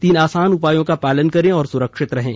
तीन आसान उपायों का पालन करें और सुरक्षित रहें